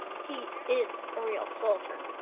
he is a real soldier.